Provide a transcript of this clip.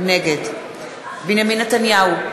נגד בנימין נתניהו,